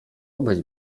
obyć